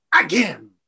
again